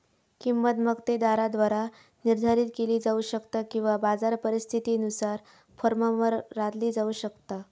किंमत मक्तेदाराद्वारा निर्धारित केली जाऊ शकता किंवा बाजार परिस्थितीनुसार फर्मवर लादली जाऊ शकता